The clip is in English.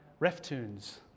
RefTunes